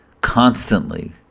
constantly